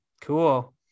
cool